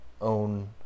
own